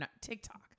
TikTok